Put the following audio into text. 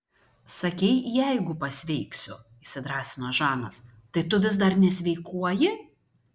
sakei jeigu pasveiksiu įsidrąsino žanas tai tu vis dar nesveikuoji